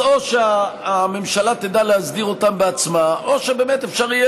אז או שהממשלה תדע להסדיר אותם בעצמה או שבאמת אפשר יהיה